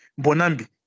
Bonambi